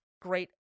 Great